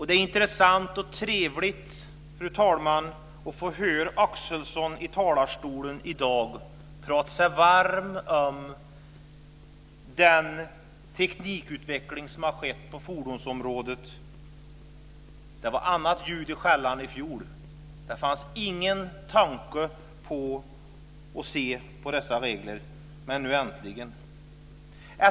Det är intressant och trevligt, fru talman, att få höra Axelsson i talarstolen i dag prata sig varm om den teknikutveckling som har skett på fordonsområdet. Det var annat ljud i skällan i fjol. Det fanns ingen tanke på att se på dessa regler. Nu finns det äntligen det.